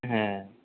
হ্যাঁ